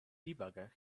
debugger